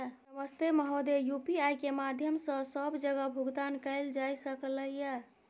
नमस्ते महोदय, यु.पी.आई के माध्यम सं सब जगह भुगतान कैल जाए सकल ये?